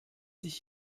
sich